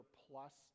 plus